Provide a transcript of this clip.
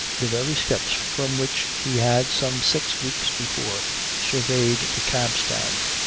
the very steps from which he had some six weeks before surveyed the cabstand,